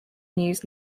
news